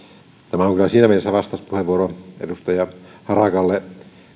tämä on kyllä siinä mielessä vastauspuheenvuoro edustaja harakalle